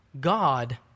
God